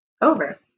over